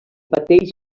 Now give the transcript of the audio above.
pateix